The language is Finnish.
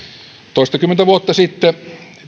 toistakymmentä vuotta sitten